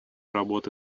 работы